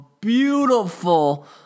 beautiful